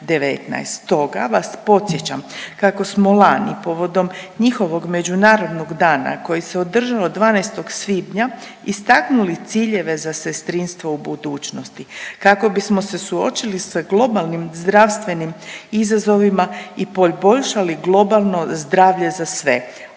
Stoga vas podsjećam kako smo lani povodom njihovog međunarodnog dana koji se održao 12. svibnja istaknuli ciljeve za sestrinstvo u budućnosti kako bismo se suočili sa globalnim zdravstvenim izazovima i poboljšali globalno zdravlje za sve